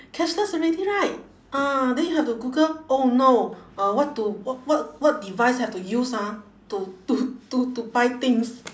cashless already right ah then you have to google oh no uh what to wh~ what what device have to use ah to to to to buy things